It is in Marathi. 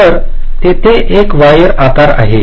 तर तेथे एक वायर आकार आहे